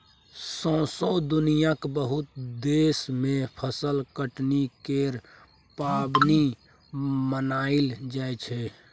सौसें दुनियाँक बहुत देश मे फसल कटनी केर पाबनि मनाएल जाइ छै